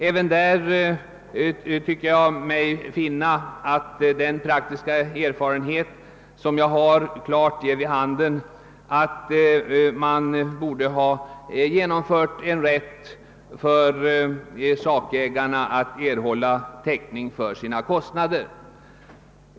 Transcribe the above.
Även härvidlag tycker jag mig finna att min praktiska erfarenhet klart ger vid handen, att man borde ha gett sakägarna rätt att erhålla täckning för sina kostnader.